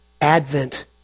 Advent